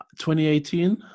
2018